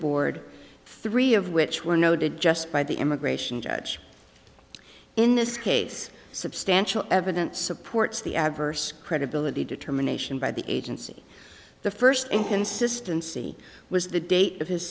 board three of which were noted just by the immigration judge in this case substantial evidence supports the adverse credibility determination by the agency the first inconsistency was the date of his